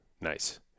nice